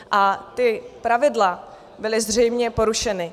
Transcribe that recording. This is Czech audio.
A ta pravidla byla zřejmě porušena.